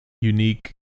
unique